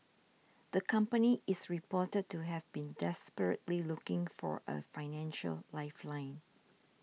the company is reported to have been desperately looking for a financial lifeline